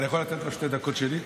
אני יכול לתת לו שתי דקות שלי?